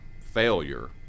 failure